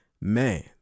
Man